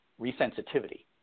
resensitivity